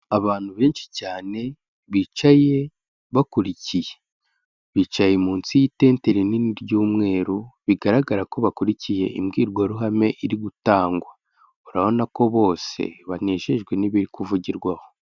Abantu benshi cyane, bicaye bakurikiye, bicaye munsi y'itente rinini ry'umweru, bigaragara ko bakurikiye imbwirwaruhame iri gutangwa, urabona ko bose banejejwe n'ibiri kuvugirwaho.